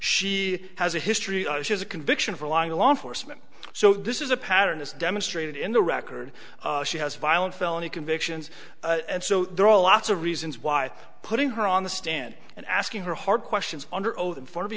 she has a history of she's a conviction for lying to law enforcement so this is a pattern as demonstrated in the record she has violent felony convictions and so there are lots of reasons why putting her on the stand and asking her hard questions under oath in f